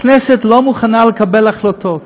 הכנסת לא מוכנה לקבל החלטות.